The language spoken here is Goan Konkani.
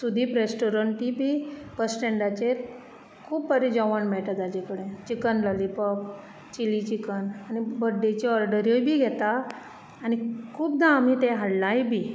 सुदीप रॅश्टॉरण ती बी बस स्टँडाचेर खूब बरें जेवण मेळटा ताजे कडेन चिकन लॉलिपॉप चिली चिकन आनी बड्डेचे ऑर्डऱ्योय बी घेता आनी खुबदां आमी तें हाडलांय बी